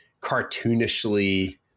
cartoonishly